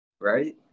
Right